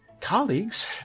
colleagues